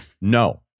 no